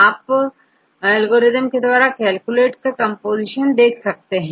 आप एल्गोरिदम के द्वारा कैलकुलेट कर कंपोजीशन देख सकते हैं